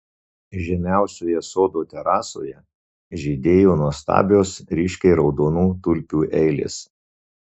žemiausioje sodo terasoje žydėjo nuostabios ryškiai raudonų tulpių eilės